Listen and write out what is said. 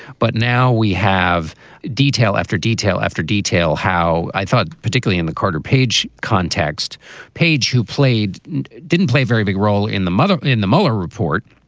but now we have detail after detail after detail. how i thought, particularly in the carter page, context page who played didn't play very big role in the mother in the mueller report,